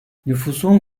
nüfusun